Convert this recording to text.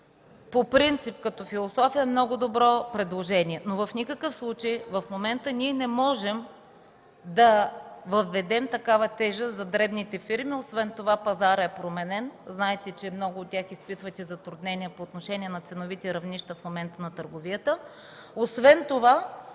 По принцип като философия е много добро предложение, но в никакъв случай в момента не можем да въведем такава тежест за дребните фирми, освен това пазарът е променен. Знаете, че много от тях изпитват затруднения по отношение на ценовите равнища в момента на търговията.